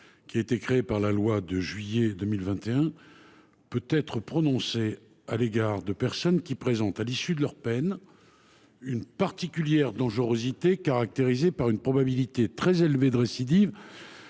terroriste, créée par la loi du 30 juillet 2021, peut être prononcée à l’égard de personnes qui présentent, à l’issue de l’exécution de leur peine, « une particulière dangerosité caractérisée par une probabilité très élevée de récidive